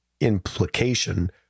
implication